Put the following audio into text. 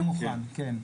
הכול מוכן, כן.